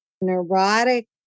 neurotic